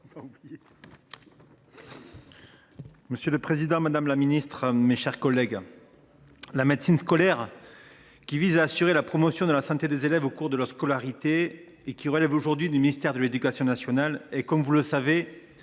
Monsieur le président, madame la ministre, mes chers collègues, comme vous le savez, la médecine scolaire, qui vise à assurer la promotion de la santé des élèves au cours de leur scolarité et qui relève aujourd’hui du ministère de l’éducation nationale, est confrontée à des